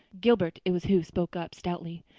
gilbert it was who spoke up stoutly.